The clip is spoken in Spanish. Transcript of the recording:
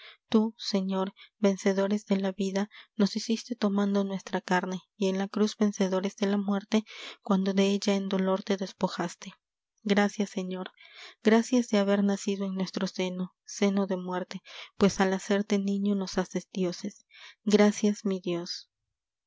tú señor vencedores de la vida nos hiciste tomando nuestra carne y en la cruz vencedores de la mueríe cuando de ella en dolor te despojaste gracias señor gracias de haber nacido en nuestro seno seno de muerte pues al hacerte niño nos haces dioses gracias mi dios